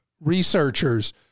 Researchers